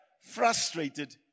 frustrated